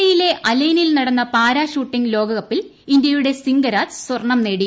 E യിലെ അൽ ഐനിൽ നടന്ന പാരാ ഷൂട്ടിംഗ് ലോക കപ്പിൽ ഇന്തൃയുടെ സിംഗരാജ് സ്വർണം നേടി